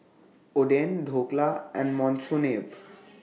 Oden Dhokla and Monsunabe